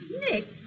Nick